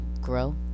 grow